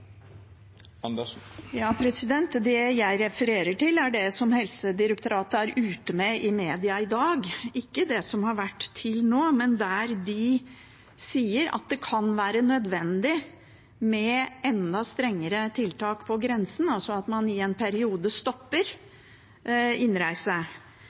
Det jeg refererer til, er det som Helsedirektoratet er ute med i media i dag, ikke det som har vært til nå. Der sier de at det kan være nødvendig med enda strengere tiltak på grensen, altså at man i en periode